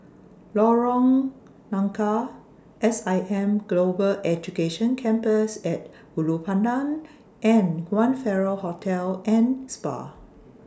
Lorong Nangka S I M Global Education Campus At Ulu Pandan and one Farrer Hotel and Spa